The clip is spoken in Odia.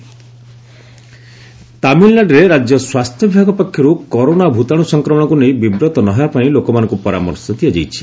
ଟିଏନ୍ କରୋନା ତାମିଲନାଡୁରେ ରାଜ୍ୟ ସ୍ୱାସ୍ଥ୍ୟ ବିଭାଗ ପକ୍ଷରୁ କରୋନା ଭୂତାଣୁ ସଂକ୍ରମଣକୁ ନେଇ ବିବ୍ରତ ନ ହେବା ପାଇଁ ଲୋକମାନଙ୍କୁ ପରାମର୍ଶ ଦିଆଯାଇଛି